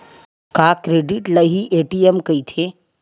का क्रेडिट ल हि ए.टी.एम कहिथे?